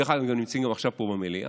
דרך אגב, הם גם נמצאים פה עכשיו, במליאה,